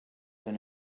than